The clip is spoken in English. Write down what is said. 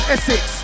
Essex